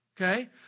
Okay